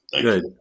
Good